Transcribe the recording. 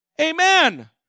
Amen